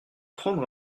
prendre